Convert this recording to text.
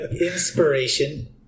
inspiration